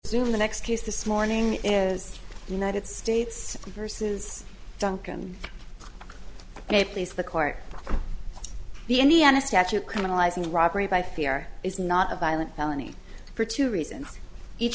soon the next case this morning is the united states versus duncan in a place the court of the indiana statute criminalizing robbery by fear is not a violent felony for two reasons each